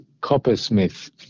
Coppersmith